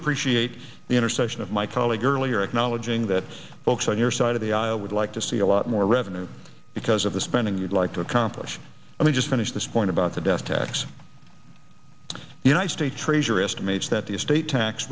appreciate the intercession of my colleague earlier acknowledging that folks on your side of the aisle would like to see a lot more revenue because of the spending you'd like to accomplish let me just finish this point about the death tax the united states treasury estimates that the estate tax